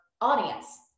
audience